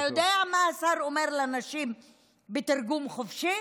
אתה יודע מה השר אומר לנשים בתרגום חופשי?